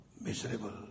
Miserable